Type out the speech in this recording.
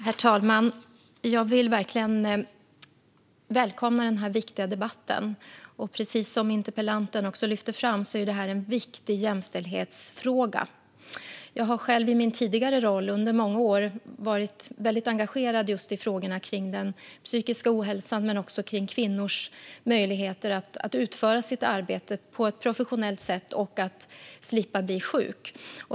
Herr talman! Jag vill verkligen välkomna denna viktiga debatt. Precis som interpellanten lyfter fram är detta också en viktig jämställdhetsfråga. Jag har själv i min tidigare roll under många år varit engagerad just i frågorna kring psykisk ohälsa men också kvinnors möjligheter att utföra sitt arbete på ett professionellt sätt och slippa bli sjuka.